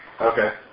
Okay